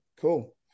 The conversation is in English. Cool